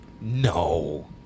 no